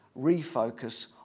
refocus